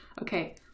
Okay